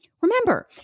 Remember